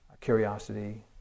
curiosity